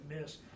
miss